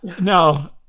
No